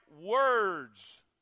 words